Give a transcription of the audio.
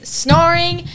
snoring